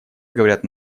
говорят